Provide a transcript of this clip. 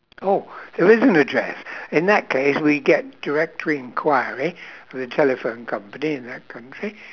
oh it is an address in that case we get direct reinquiry to the telephone company in that country